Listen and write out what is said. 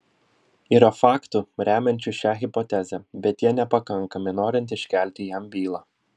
yra faktų remiančių šią hipotezę bet jie nepakankami norint iškelti jam bylą